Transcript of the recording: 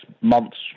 months